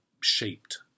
shaped